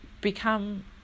become